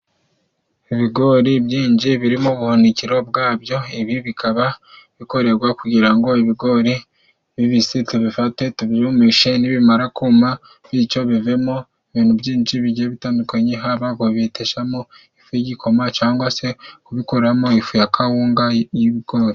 Ibigori byinji biri mu buhunikiro bwabyo, ibi bikaba bikoregwa kugira ngo ibigori bibisi tubifate tubyumishe nibimara kuma bityo bivemo ibintu byinshi bigiye bitandukanye, haba kubeteshamo ifu y'igikoma cangwa se kubikuramo ifu ya kawunga y'ibigori.